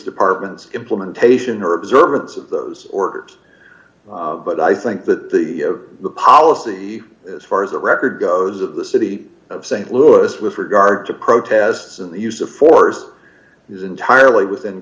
department's implementation or observance of those orders but i think that the policy as far as the record goes of the city of st louis with regard to protests and the use of force is entirely within